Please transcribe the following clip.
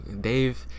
Dave